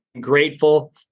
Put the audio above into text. grateful